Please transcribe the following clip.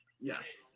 Yes